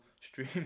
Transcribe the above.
stream